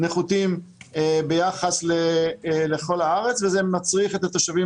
נחותים ביחס לכל הארץ וזה מצריך את התושבים